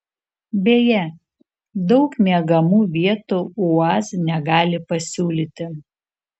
beje daug miegamų vietų uaz negali pasiūlyti